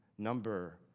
number